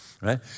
Right